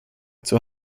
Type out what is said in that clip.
zur